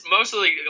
Mostly